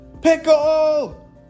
Pickle